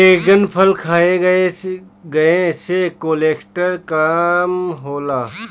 dragon फल खाए से कोलेस्ट्राल कम होला